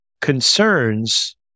concerns